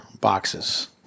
boxes